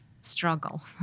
struggle